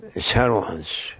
servants